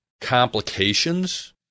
complications